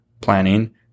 planning